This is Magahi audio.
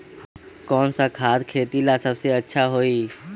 कौन सा खाद खेती ला सबसे अच्छा होई?